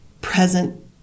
present